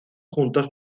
juntos